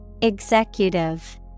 Executive